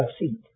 seat